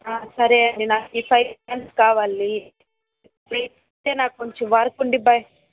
సరే అండి నాకు ఈ ఫైవ్ ప్లాంట్స్ కావాలి రేపు ఇస్తే నాకు కొంచం వర్క్ ఉంది బయట